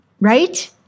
Right